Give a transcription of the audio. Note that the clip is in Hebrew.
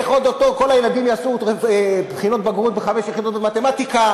איך או-טו-טו כל הילדים יעשו בחינות בגרות בחמש יחידות במתמטיקה,